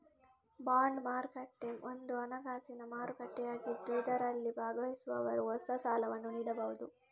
bond ಮಾರುಕಟ್ಟೆ ಒಂದು ಹಣಕಾಸಿನ ಮಾರುಕಟ್ಟೆಯಾಗಿದ್ದು ಇದರಲ್ಲಿ ಭಾಗವಹಿಸುವವರು ಹೊಸ ಸಾಲವನ್ನು ನೀಡಬಹುದು